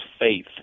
Faith